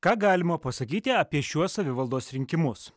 ką galima pasakyti apie šiuos savivaldos rinkimus